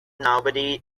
nobody